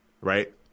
right